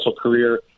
career